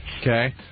Okay